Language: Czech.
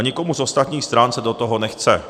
Nikomu z ostatních stran se do toho nechce.